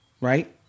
right